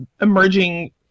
emerging